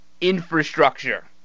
infrastructure